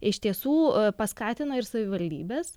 iš tiesų paskatino ir savivaldybes